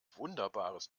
wunderbares